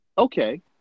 Okay